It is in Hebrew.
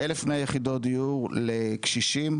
1,100 יחידות דיור לקשישים,